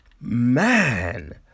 Man